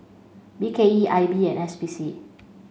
B K E I B and S P C